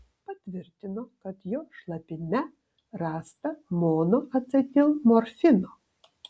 patvirtino kad jo šlapime rasta monoacetilmorfino